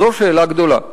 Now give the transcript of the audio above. זו שאלה גדולה.